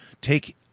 Take